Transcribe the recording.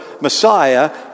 Messiah